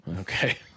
Okay